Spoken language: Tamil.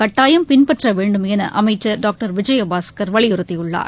கட்டாயம் பின்பற்ற வேண்டும் என அமைச்சர் டாக்டர் விஜயபாஸ்கர் வலியுறுத்தியுள்ளார்